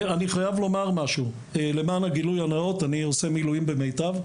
אני עושה מילואים במיטב,